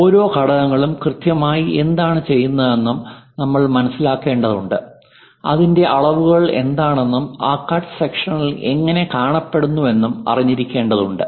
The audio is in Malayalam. ഓരോ ഘടകങ്ങളും കൃത്യമായി എന്താണ് ചെയ്യുന്നതെന്നും നമ്മൾ മനസിലാക്കേണ്ടതുണ്ട് അതിന്റെ അളവുകൾ എന്താണെന്നും ആ കട്ട് സെക്ഷണൽ എങ്ങനെ കാണപ്പെടുന്നുവെന്നും അറിഞ്ഞിരിക്കേണ്ടതുണ്ട്